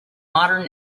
modern